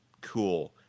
cool